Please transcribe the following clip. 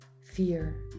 fear